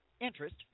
interest